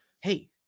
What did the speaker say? hey